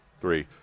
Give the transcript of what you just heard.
three